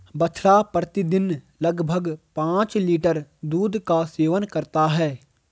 बछड़ा प्रतिदिन लगभग पांच लीटर दूध का सेवन करता है